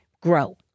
grow